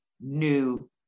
new